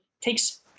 takes